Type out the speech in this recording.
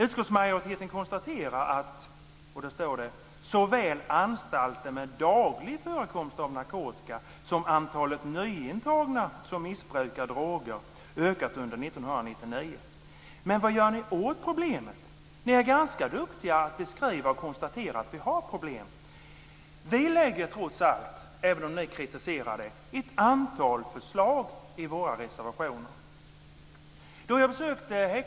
Utskottsmajoriteten konstaterar att "såväl antalet anstalter med daglig förekomst av narkotika som antalet nyintagna som missbrukar droger ökat under år 1999." Men vad gör ni åt problemet? Ni är ganska duktiga på att beskriva och på att konstatera att vi har problem. Vi lägger trots allt fram ett antal förslag i våra reservationer även om ni kritiserar dem.